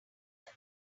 only